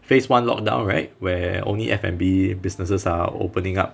phase one lockdown right where only F&B businesses are opening up